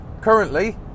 currently